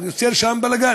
יוצר שם בלגן,